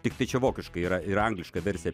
tiktai čia vokiškai yra ir angliška versija